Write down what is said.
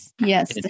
Yes